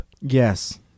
Yes